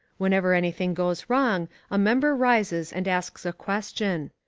whenever anything goes wrong a member rises and asks a question.